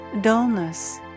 Dullness